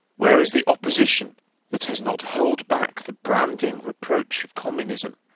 where is the opposition that has not hurled back the branding reproach of communism,